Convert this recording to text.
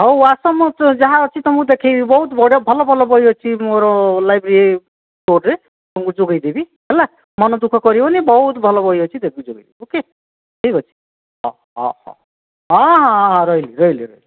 ହେଉ ଆସ ମୁଁ ଯାହା ଅଛି ତୁମକୁ ଦେଖାଇବି ବହୁତ ଭଲ ଭଲ ବହି ଅଛି ମୋର ଲାଇବ୍ରେରୀ ଷ୍ଟୋର୍ରେ ତୁମକୁ ଯୋଗାଇଦେବି ହେଲା ମନଦୁଃଖ କରିବନି ବହୁତ ଭଲ ବହି ଅଛି ଦେବି ଯୋଗେଇ ଓକେ ଠିକ୍ ଅଛି ହଁ ହଁ ହଁ ହଁ ହଁ ହଁ ରହିଲି ରହିଲି ରହିଲି